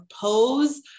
Pose